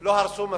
לא הרסו "מספיק"